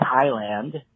Thailand